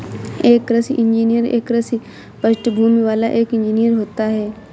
एक कृषि इंजीनियर एक कृषि पृष्ठभूमि वाला एक इंजीनियर होता है